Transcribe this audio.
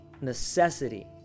necessity